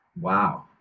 Wow